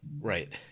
Right